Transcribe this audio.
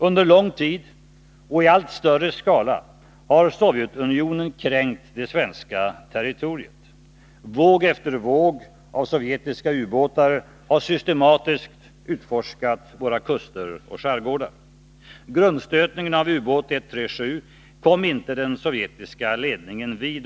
Under lång tid och i allt större skala har Sovjetunionen kränkt det svenska territoriet. Våg efter våg av sovjetiska ubåtar har systematiskt utforskat våra kuster och skärgårdar. Grundstötningen av ubåt 137 kom uppenbarligen inte den sovjetiska ledningen vid.